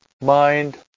mind